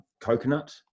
coconut